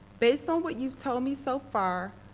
based on what you told me so far,